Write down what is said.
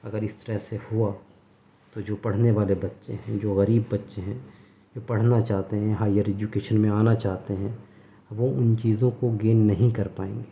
اگر اس طرح سے ہوا تو جو پڑھنے والے بچے ہیں جو غریب بچے ہیں جو پڑھنا چاہتے ہیں ہائیر ایجوکیشن میں آنا چاہتے ہیں وہ ان چیزوں کو گین نہیں کر پائیں گے